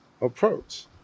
approach